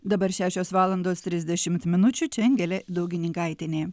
dabar šešios valandos trisdešimt minučių čia angelė daugininkaitienė